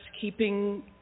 keeping